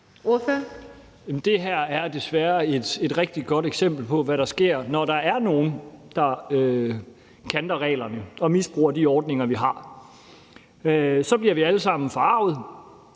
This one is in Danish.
Det her er desværre et rigtig godt eksempel på, hvad der sker, når der er nogle, der kanter reglerne og misbruger de ordninger, vi har. Så bliver vi alle sammen forargede,